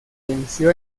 venció